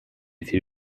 few